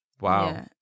wow